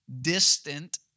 distant